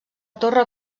torre